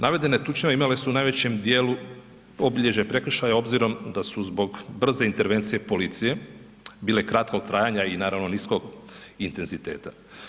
Navedene tučnjave imale su u najvećem dijelu obilježje prekršaja s obzirom da su zbog brze intervencije policije bile kratkog trajanja i naravno niskog intenziteta.